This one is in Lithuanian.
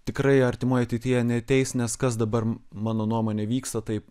tikrai artimoje ateityje neateis nes kas dabar mano nuomone vyksta tai